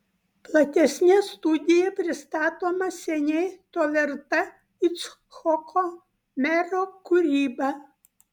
platesne studija pristatoma seniai to verta icchoko mero kūryba